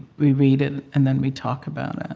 we read it, and then we talk about it.